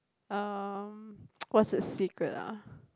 um what's the secret ah